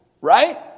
right